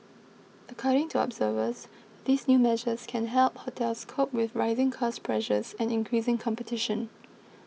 according to observers these new measures can help hotels cope with rising cost pressures and increasing competition